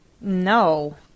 No